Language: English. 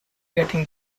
getting